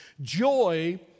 Joy